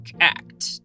act